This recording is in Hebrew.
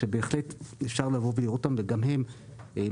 שבהחלט אפשר לבוא ולראות אותם וגם הם מנגנונים